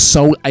Soul